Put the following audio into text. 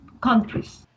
countries